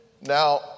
Now